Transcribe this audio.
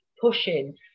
pushing